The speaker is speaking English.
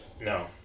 No